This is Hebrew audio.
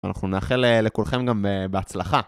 ואנחנו נאחל לכולכם גם בהצלחה.